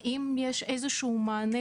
האם יש איזשהו מענה